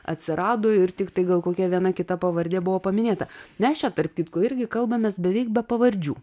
atsirado ir tiktai gal kokia viena kita pavardė buvo paminėta mes čia tarp kitko irgi kalbamės beveik be pavardžių